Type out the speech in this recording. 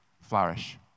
flourish